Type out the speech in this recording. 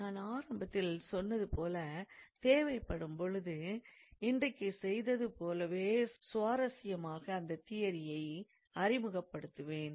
நான் ஆரம்பத்தில் சொன்னது போல தேவைப்படும் போது இன்றைக்குச் செய்தது போலவே சுவாரஸ்யமாக அந்த தியரியை அறிமுகப் படுத்துவேன்